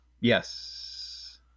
Yes